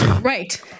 right